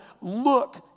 look